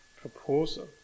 proposal